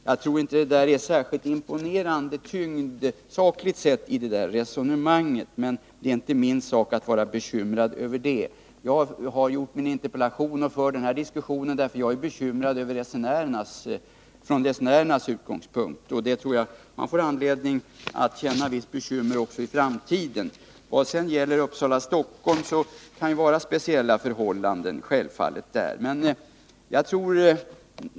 Jag tycker inte att det sakligt sett är någon imponerande tyngd i detta resonemang, men det är inte min sak att vara bekymrad för det. Jag har framställt min interpellation och för mitt resonemang, därför att jag är bekymrad med tanke på resenärerna. Jag tror också att man får hysa vissa bekymmer för framtiden. Vad sedan gäller sträckan Uppsala-Stockholm kan det självfallet föreligga speciella förhållanden.